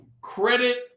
credit